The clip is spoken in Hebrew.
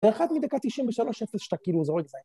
‫באחד מדקת 90 בשלוש אפס ‫שאתה כאילו זורק זין.